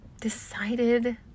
decided